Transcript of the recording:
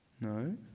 No